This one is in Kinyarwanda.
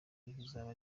bizaba